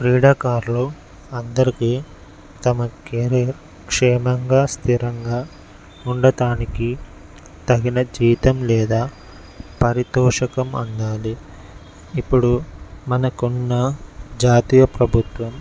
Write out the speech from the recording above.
క్రీడాకారులు అందరికి తమ కెరియర్ క్షేమంగా స్థిరంగా ఉండడానికి తగిన జీతం లేదా పారితోషికం అందాలి ఇప్పుడు మనకు ఉన్న జాతీయ ప్రభుత్వం